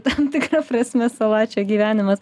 tam tikra prasme salačio gyvenimas